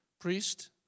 Priest